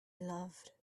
loved